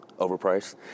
overpriced